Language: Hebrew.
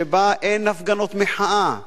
שאין בה הפגנות מחאה,